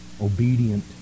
obedient